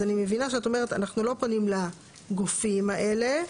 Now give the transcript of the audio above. אז אני מבינה שאת אומרת אנחנו לא פונים לגופים האלה,